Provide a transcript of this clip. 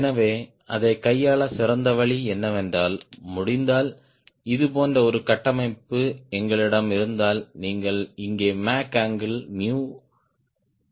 எனவே அதைக் கையாள சிறந்த வழி என்னவென்றால் முடிந்தால் இது போன்ற ஒரு கட்டமைப்பு எங்களிடம் இருந்தால் நீங்கள் இங்கே மேக் அங்கிள் 𝜇 கணக்கிடுங்கள்